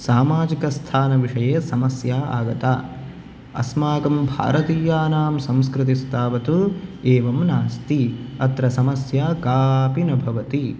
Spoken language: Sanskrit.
सामाजिक स्थान विषये समस्या आगता अस्माकं भारतीयानां संस्कृतिस्तावत् एवं नास्ति अत्र समस्या कापि न भवति